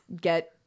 get